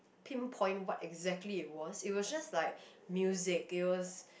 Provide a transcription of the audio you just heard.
pinpoint what exactly it was it was just like music it was